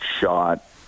shot